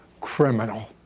criminal